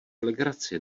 legraci